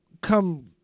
come